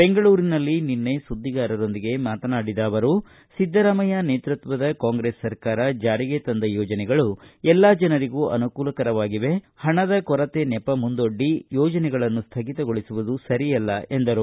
ಬೆಂಗಳೂರಿನಲ್ಲಿ ನಿನ್ನೆ ಸುದ್ದಿಗಾರರೊಂದಿಗೆ ಮಾತನಾಡಿದ ಅವರು ಸಿದ್ದರಾಮಯ್ಯ ನೇತೃತ್ವದ ಕಾಂಗ್ರೆಸ್ ಸರ್ಕಾರ ಜಾರಿಗೆ ತಂದ ಯೋಜನೆಗಳು ಎಲ್ಲಾ ಜನರಿಗೂ ಅನುಕೂಲಕರವಾಗಿವೆ ಪಣದ ಕೊರತೆ ನೆಪ ಮುಂದೊಡ್ಡಿ ಯೋಜನೆಗಳನ್ನು ಸ್ವಗಿತಗೊಳಿಸುವುದು ಸರಿಯಲ್ಲ ಎಂದರು